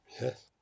Yes